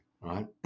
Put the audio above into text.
right